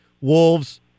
Wolves